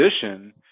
position